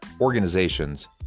organizations